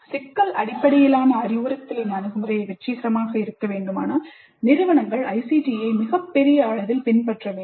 சிக்கல் அடிப்படையிலான அறிவுறுத்தலின் அணுகுமுறை வெற்றிகரமாக இருக்க வேண்டுமானால் நிறுவனங்கள் ICTயை மிகப் பெரிய அளவில் பின்பற்ற வேண்டும்